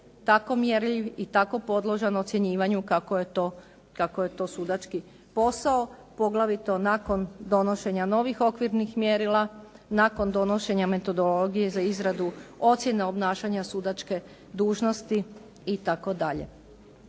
tako mjerljiv i tako podložan ocjenjivanju kako je to sudački posao pogotovo nakon donošenja novih okvirnih mjerila, nakon donošenja metodologije za izradu ocjene obnašanja sudačke dužnosti itd.